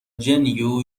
gen